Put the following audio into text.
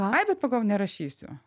ai bet pagalvojau nerašysiu